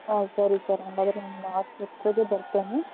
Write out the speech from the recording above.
ಹಾಂ ಸರಿ ಸರ್ ಹಾಗಾದರೆ ನಾನು ಆಸ್ಪತ್ರೆಗೆ ಬರ್ತೇನೆ